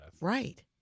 Right